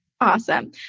Awesome